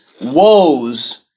woes